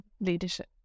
leadership